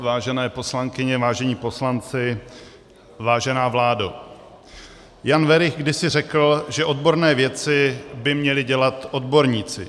Vážené poslankyně, vážení poslanci, vážená vládo, Jan Werich kdysi řekl, že odborné věci by měli dělat odborníci.